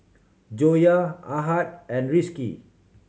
Joyah Ahad and Rizqi